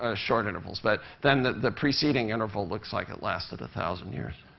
ah short intervals. but then the preceding interval looks like it lasted a thousand years.